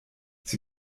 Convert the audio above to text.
sie